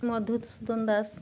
Madhusudan Das